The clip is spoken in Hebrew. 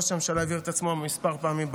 ראש הממשלה הבהיר את עצמו בנושא מספר פעמים,